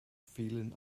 fielen